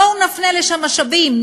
בואו נפנה לשם משאבים,